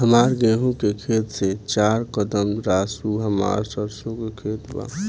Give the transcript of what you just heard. हमार गेहू के खेत से चार कदम रासु हमार सरसों के खेत बा